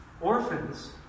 Orphans